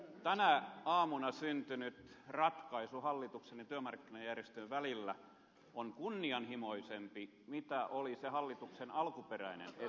tänä aamuna syntynyt ratkaisu hallituksen ja työmarkkinajärjestöjen välillä on kunnianhimoisempi kuin mitä oli se hallituksen alkuperäinen esitys